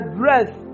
breath